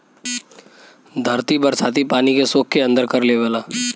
धरती बरसाती पानी के सोख के अंदर कर लेवला